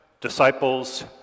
disciples